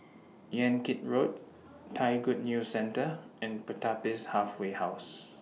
Yan Kit Road Thai Good News Centre and Pertapis Halfway House